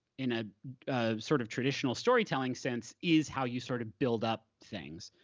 in a sort of traditional storytelling sense, is how you sort of build up things.